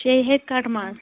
شیٚیہِ ہیٚتہِ کٹہٕ ماز